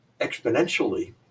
exponentially